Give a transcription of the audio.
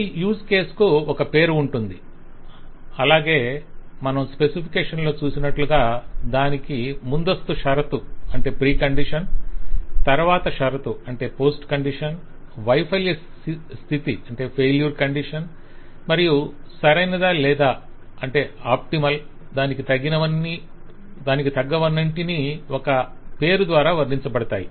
ప్రతి use case కు ఒక పేరు ఉంటుంది అలాగే మనం స్పెసిఫికేషన్ లో చూసినట్లుగా దాని ముందస్తు షరతు తరవాత షరతు వైఫల్య స్థితి మరియు సరైన లేదా దానికి తగ్గవన్నింటిని ఒక పేరు ద్వారా వర్ణించబడతాయి